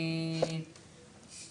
אלא אם כן התקיימו